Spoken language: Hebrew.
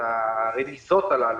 את הרמיזות הללו,